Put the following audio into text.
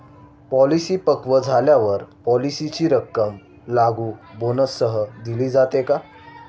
Policy पक्व झाल्यावर पॉलिसीची रक्कम लागू बोनससह दिली जाते का?